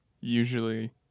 usually